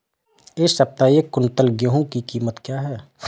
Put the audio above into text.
इस सप्ताह एक क्विंटल गेहूँ की कीमत क्या है?